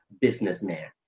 businessman